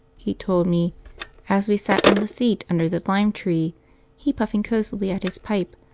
he told me as we sat on the seat under the lime-tree he puffing cosily at his pipe,